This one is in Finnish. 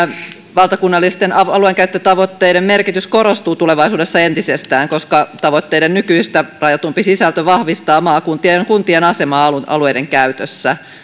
valtakunnallisten alueidenkäyttötavoitteiden merkitys korostuu tulevaisuudessa entisestään koska tavoitteiden nykyistä rajatumpi sisältö vahvistaa maakuntien ja kuntien asemaa alueidenkäytössä